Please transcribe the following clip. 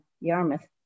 Yarmouth